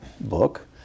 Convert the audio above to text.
book